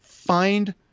Find